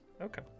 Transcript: Okay